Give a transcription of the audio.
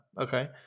okay